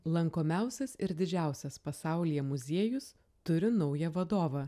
lankomiausias ir didžiausias pasaulyje muziejus turi naują vadovą